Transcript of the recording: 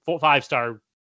five-star